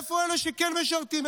איפה אלה שכן משרתים?